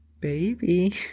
Baby